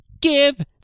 give